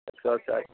exercise